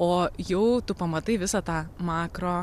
o jau tu pamatai visą tą makro